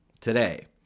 today